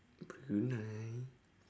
brunei